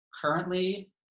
currently